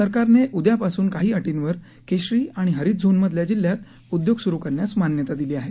सरकारने उद्यापासून काही अटींवर केशरी आणि हरित झोनमधल्या जिल्ह्यात उद्योग सुरु करण्यास मान्यता दिली आहे